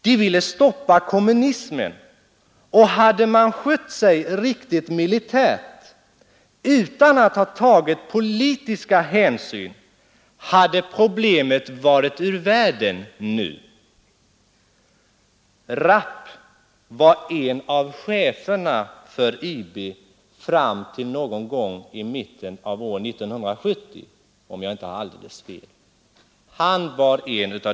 De ville stoppa kommunismen och hade man skött sig riktigt militärt utan att ha tagit politiska hänsyn hade problemet varit ur världen nu.” Rapp var en av cheferna för IB fram till mitten av år 1970.